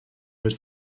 wird